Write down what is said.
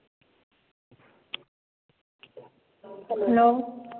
hello